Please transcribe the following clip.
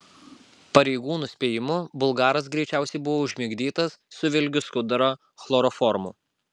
pareigūnų spėjimu bulgaras greičiausiai buvo užmigdytas suvilgius skudurą chloroformu